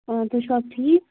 آ تُہۍ چھُو حظ ٹھیٖک